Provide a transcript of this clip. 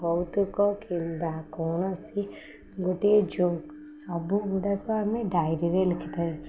କୌତୁକ କିମ୍ବା କୌଣସି ଗୋଟିଏ ଜୋକ୍ ସବୁ ଗୁଡ଼ାକ ଆମେ ଡାଇରୀରେ ଲେଖିଥାଉ